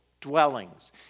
dwellings